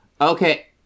Okay